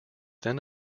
then